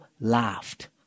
laughed